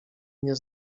nie